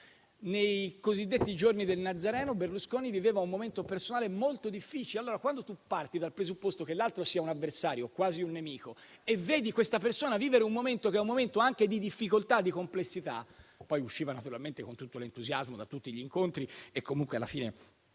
Nei cosiddetti giorni del Nazareno, Berlusconi viveva un momento personale molto difficile. Tu parti dal presupposto che l'altro sia un avversario, quasi un nemico, e poi vedi quella persona vivere un momento di difficoltà e di complessità. Poi, però, lui usciva, naturalmente, con entusiasmo da tutti gli incontri e comunque, alla fine,